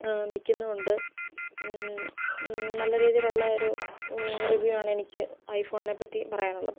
നിൽക്കുന്നുമുണ്ട് നല്ല രീതിയിലുള്ളൊരു റിവ്യൂ ആണെനിക്ക് ഐഫോണിനെ പറ്റി പറയാനുള്ളത്